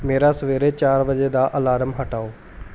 ਮੇਰਾ ਸਵੇਰੇ ਚਾਰ ਵਜੇ ਦਾ ਅਲਾਰਮ ਹਟਾਓ